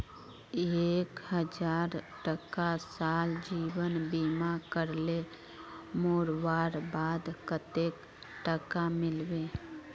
एक हजार टका साल जीवन बीमा करले मोरवार बाद कतेक टका मिलबे?